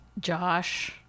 Josh